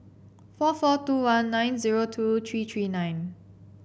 four four two one nine zero two three three nine